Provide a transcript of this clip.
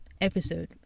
episode